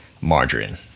margarine